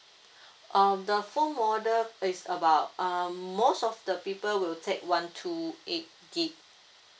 um the phone model is about um most of the people will take one two eight gig